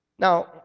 Now